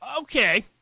okay